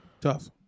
Tough